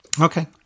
Okay